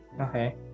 Okay